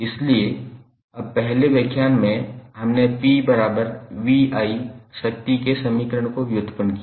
इसलिए अब पहले व्याख्यान में हमने 𝑝𝑣𝑖 शक्ति के समीकरण को व्युत्पन्न किया